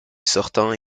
sortant